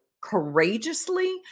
courageously